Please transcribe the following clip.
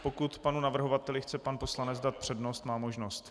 Pokud panu navrhovateli chce pan poslanec dát přednost, má možnost.